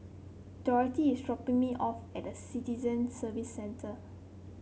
Dorothy is dropping me off at the Citizen Services Centre